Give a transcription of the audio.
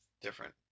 different